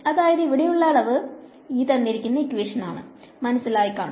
അതായത് ഇവിടെയുള്ള അളവ് ആണ് മനസിലായിക്കാണും